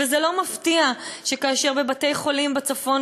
וזה לא מפתיע שכאשר לבתי-חולים בצפון